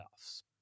playoffs